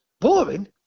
Boring